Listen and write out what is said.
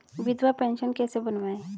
विधवा पेंशन कैसे बनवायें?